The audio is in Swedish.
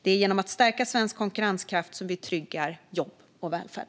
Det är genom att stärka svensk konkurrenskraft som vi tryggar jobb och välfärd.